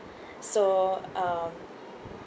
so um